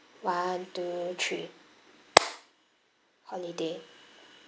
one two three holiday